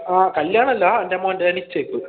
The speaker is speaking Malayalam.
ആ കല്യാണമല്ല എൻ്റെ മോൻ്റെ നിശ്ചയിപ്പ്